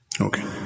Okay